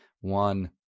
One